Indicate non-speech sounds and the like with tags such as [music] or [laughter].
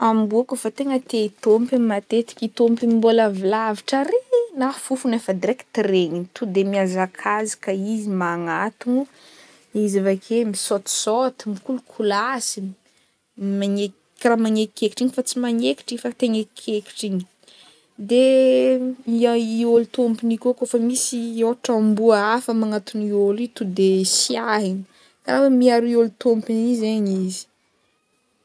Amboa kaofa tegna tia i tômpony matetiky tômpony mbôla avy lavitra ary na fofony efa direct regniny to de mihazakazaka izy magnantono iz y avake misaotisaoty, mikolokolasy, magne- karaha magnekikekitry igny fa ts magnekitry fa te hagnekikekitry igny de [hesitation] ya i ôlo tômpony i koa kaofa misy ôhatra amboa hafa magnantona i ôlo io to de siahiny karaha hoe miaro i ôlo tômpony i zaigny izy.